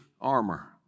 armor